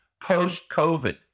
post-COVID